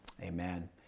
amen